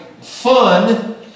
fun